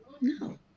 no